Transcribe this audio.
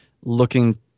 looking